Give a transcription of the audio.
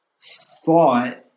thought